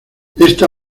esta